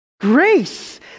Grace